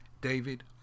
David